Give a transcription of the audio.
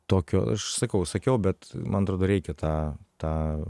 tokio aš sakau sakiau bet man atrodo reikia tą tą